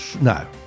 no